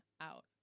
out